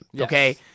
Okay